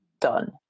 done